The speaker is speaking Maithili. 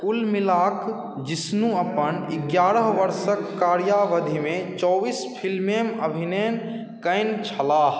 कुल मिला कऽ जिष्णु अपन एगारह वर्षके कार्यावधिमे चौबीस फिल्ममे अभिनय कयने छलाह